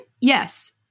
Yes